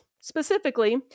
specifically